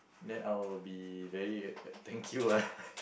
then I will be very thank you ah